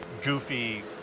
goofy